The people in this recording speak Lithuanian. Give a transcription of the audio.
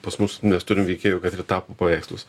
pas mus nes turim veikėjų kad ir tapo paveikslus